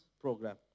program